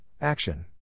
action